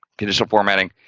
conditional formatting,